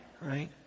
Right